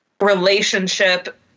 relationship